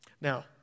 Now